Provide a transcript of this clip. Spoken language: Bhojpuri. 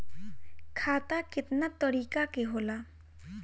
खाता केतना तरीका के होला?